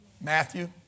Matthew